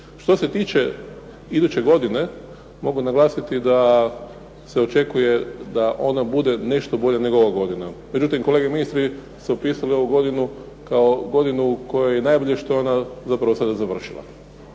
Što se tiče iduće godine, mogu naglasiti da se očekuje da ona bude nešto bolja nego ova godina. Međutim, kolege mi svi smo opisali ovu godinu kao godinu u kojoj je najbolje što je ona sada zapravo završila.